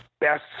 best